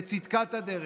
בצדקת הדרך.